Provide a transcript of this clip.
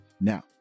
now